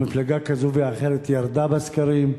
או מפלגה כזו ואחרת ירדה בסקרים,